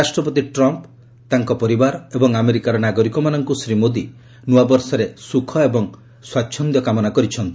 ରାଷ୍ଟ୍ରପତି ଟ୍ରମ୍ପ ତାଙ୍କ ପରିବାର ଏବଂ ଆମେରିକାର ନାଗରିକମାନଙ୍କୁ ଶ୍ରୀ ମୋଦି ନୃଆବର୍ଷରେ ସୁଖ ଏବଂ ସ୍ୱାଚ୍ଚନ୍ଦ୍ୟ କାମନା କରିଛନ୍ତି